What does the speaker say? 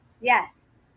Yes